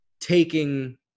taking